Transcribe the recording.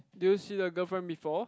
did you see the girlfriend before